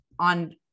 On